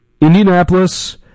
Indianapolis